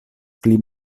pli